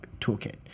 toolkit